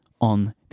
on